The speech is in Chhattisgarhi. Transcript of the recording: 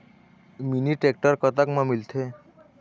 मिनी टेक्टर कतक म मिलथे?